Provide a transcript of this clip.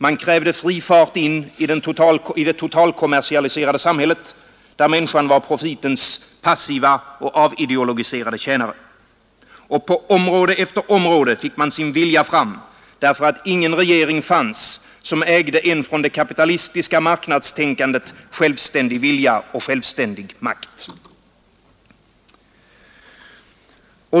Man krävde fri fart in i det totalkommersialiserade samhället, där människan var profitens passiva och avideologiserade tjänare. Och på område efter område fick man sin vilja fram, därför att ingen regering fanns som ägde en från det kapitalistiska marknadstänkandet självständig vilja och självständig makt.